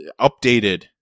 updated